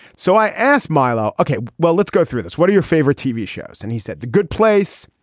so i asked milo. okay well let's go through this. what are your favorite tv shows. and he said the good place.